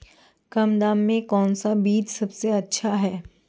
कम दाम में कौन सा बीज सबसे अच्छा है?